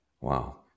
Wow